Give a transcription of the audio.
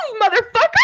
motherfucker